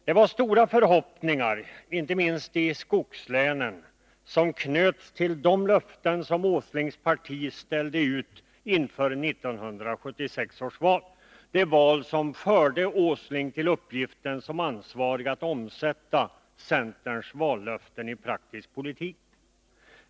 Det var stora förhoppningar — inte minst i skogslänen — som knöts till de löften som herr Åslings parti ställde ut inför 1976, det val som förde herr Åsling till uppgiften som ansvarig för att omsätta centerns vallöften i praktisk politik.